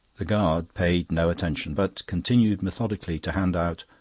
the guard paid no attention, but continued methodically to hand out,